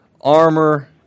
armor